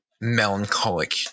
melancholic